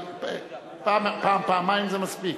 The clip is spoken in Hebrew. אבל פעם-פעמיים זה מספיק,